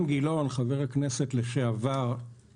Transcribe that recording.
חבר הכנסת לשעבר אילן גילאון,